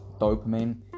dopamine